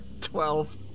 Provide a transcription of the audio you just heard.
Twelve